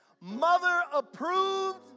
mother-approved